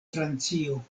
francio